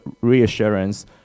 reassurance